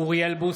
אוריאל בוסו,